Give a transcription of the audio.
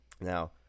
Now